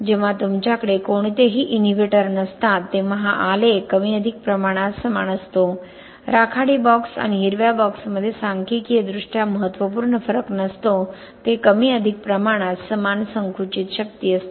जेव्हा तुमच्याकडे कोणतेही इनहिबिटर नसतात तेव्हा हा आलेख कमी अधिक प्रमाणात समान असतो राखाडी बॉक्स आणि हिरव्या बॉक्समध्ये सांख्यिकीयदृष्ट्या महत्त्वपूर्ण फरक नसतो ते कमी अधिक प्रमाणात समान संकुचित शक्ती असते